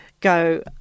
go